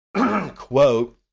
quote